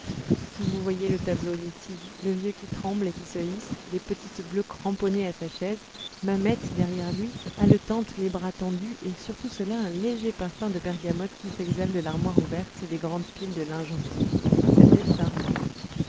vous voyez le tableau d'ici le vieux qui tremble et qui se hisse les petites bleues cramponnées à sa chaise mamette derrière lui haletante les bras tendus et sur tout cela un léger parfum de bergamote qui s'exhale de l'armoire ouverte et des grandes piles de linge roux c'était charmant